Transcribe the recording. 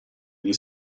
agli